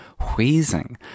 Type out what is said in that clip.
wheezing